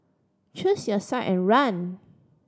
choose your side and run